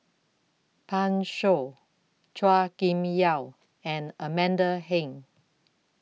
Pan Shou Chua Kim Yeow and Amanda Heng